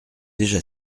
déjà